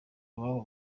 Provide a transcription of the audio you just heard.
ababo